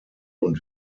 und